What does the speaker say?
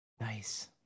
nice